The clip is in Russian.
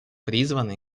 призваны